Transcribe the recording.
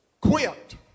quit